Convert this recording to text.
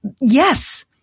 yes